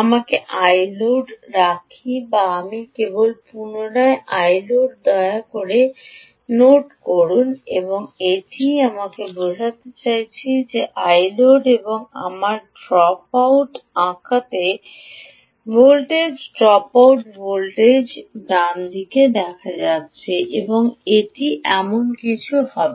আমাকে Iload রাখি আমি কেবল পুনরায় আঁকব Iload দয়া করে নোট করুন এটিই আমি বোঝাতে চাইছি এটি হল Iload এবং আমাকে ড্রপআউট আঁকতে দিন ভোল্টেজ ড্রপআউট ভোল্টেজ ডানদিকে দেখা যাচ্ছে যে এটি এমন কিছু হবে